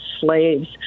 slaves